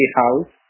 house